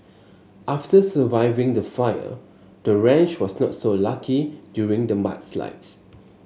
after surviving the fire the ranch was not so lucky during the mudslides